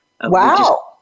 wow